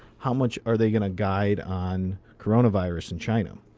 how much are they going to guide on coronavirus in china,